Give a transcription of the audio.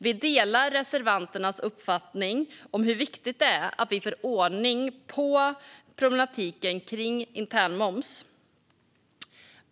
Vi delar reservanternas uppfattning att det är viktigt att vi får ordning på problematiken kring internmoms.